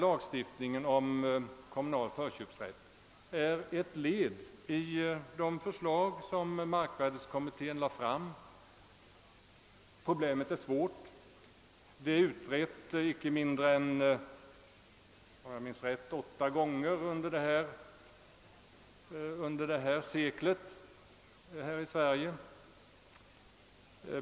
Lagen om kommunal förköpsrätt är ett led i de förslag som markvärdekommittén lade fram. Problemet är svårt; det är utrett — om jag minns rätt — icke mindre än åtta gånger under detta sekel.